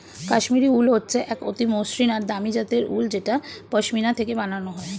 কাশ্মীরি উল হচ্ছে এক অতি মসৃন আর দামি জাতের উল যেটা পশমিনা থেকে বানানো হয়